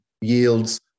yields